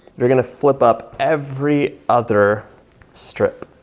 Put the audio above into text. you're gonna flip up every other strip.